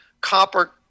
copper